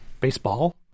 baseball